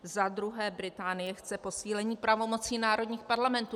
Za druhé, Británie chce posílení pravomocí národních parlamentů.